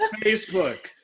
facebook